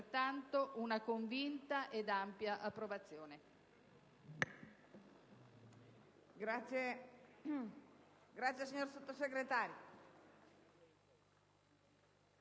una convinta ed ampia approvazione.